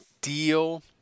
deal